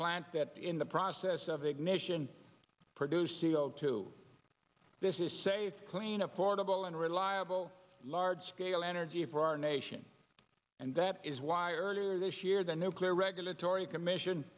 plant that in the process of ignition produced sealed to this is safe clean affordable and reliable large scale energy for our nation and that is why earlier this year the nuclear regulatory commission